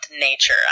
nature